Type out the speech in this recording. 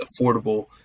affordable